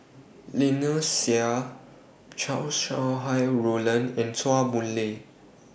Lynnette Seah Chow Sau Hai Roland in Chua Boon Lay